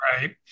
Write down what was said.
Right